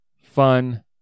fun